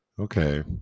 okay